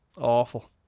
awful